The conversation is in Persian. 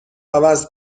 عوض